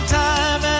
time